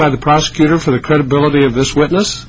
by the prosecutor for the credibility of this wit